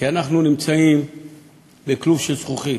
כי אנחנו נמצאים בכלוב של זכוכית,